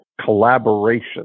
collaboration